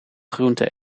groente